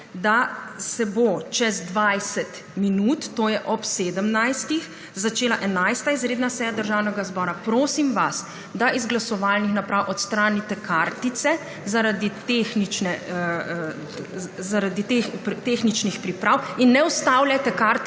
da se bo čez 20 minut, to je ob 17. začela 11. izredna seja Državnega zbora. Prosim vas, da iz glasovalnih naprav odstranite kartice zaradi tehničnih priprav in ne vstavljajte kartic